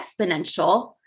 exponential